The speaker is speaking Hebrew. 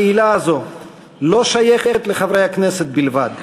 התהילה הזו לא שייכת לחברי הכנסת בלבד,